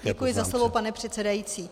Děkuji za slovo, pane předsedající.